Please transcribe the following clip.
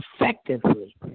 effectively